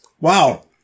Wow